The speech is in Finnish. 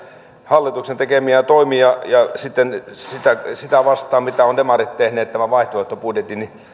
hallituksen tekemiä toimia sitä sitä vasten että demarit ovat tehneet tämän vaihtoehtobudjetin